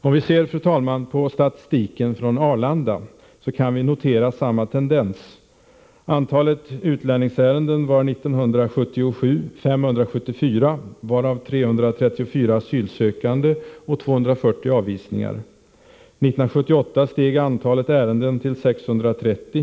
Om vi ser på statistiken från Arlanda, kan vi notera samma tendens. Antalet utlänningsärenden 1977 var 574, varav 334 asylsökande och 240 avvisningar. 1978 steg antalet ärenden till 630.